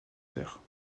père